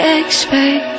expect